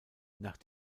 nach